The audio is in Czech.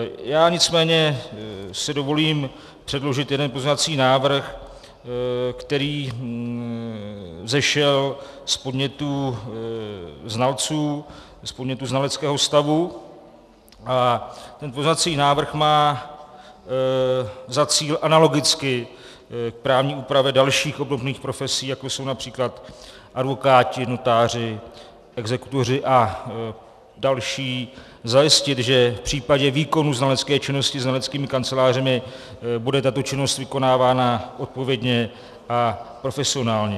Já nicméně si dovolím předložit jeden pozměňovací návrh, který vzešel z podnětů znalců, z podnětů znaleckého stavu, a ten pozměňovací návrh má za cíl analogicky k právní úpravě dalších obdobných profesí, jako jsou například advokáti, notáři, exekutoři a další, zajistit, že v případě výkonu znalecké činnosti znaleckými kancelářemi bude tato činnost vykonávána odpovědně a profesionálně.